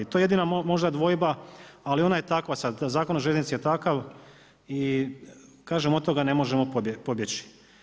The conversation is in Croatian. To je jedina možda dvojba, ali ona je takva sad, Zakon o željeznici je takav i kažem od toga ne možemo pobjeći.